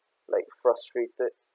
like frustrated